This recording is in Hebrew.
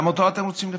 גם אותו אתם רוצים לפרק?